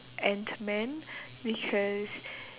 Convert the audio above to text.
ant man because